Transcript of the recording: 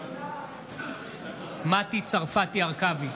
בעד מטי צרפתי הרכבי,